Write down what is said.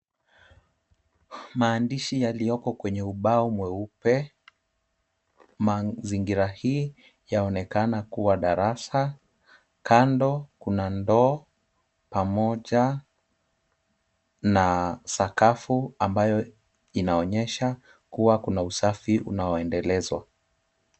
Maandishi yaliyoko kwenye ubao mweupe, mazingira haya yaonekana kuwa darasa. Kando kuna ndoo pamoja na sakafu ambayo inaonyesha kuwa kuna usafi unaoendelezwa.